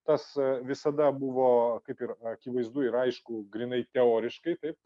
tas visada buvo kaip ir akivaizdu ir aišku grynai teoriškai taip